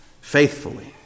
faithfully